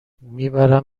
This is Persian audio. میبرم